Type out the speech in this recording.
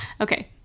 Okay